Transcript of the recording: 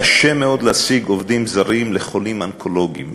קשה מאוד להשיג עובדים זרים לחולים אונקולוגים,